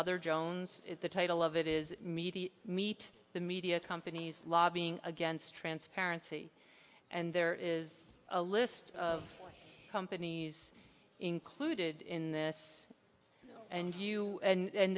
mother jones the title of it is media meet the media companies lobbying against transparency and there is a list of companies included in this and you and